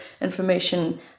information